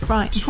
Right